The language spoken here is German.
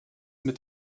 mit